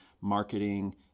marketing